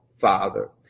father